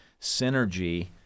synergy